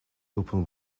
open